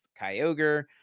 Kyogre